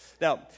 Now